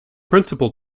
principal